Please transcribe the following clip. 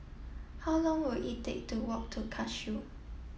how long will it take to walk to Cashew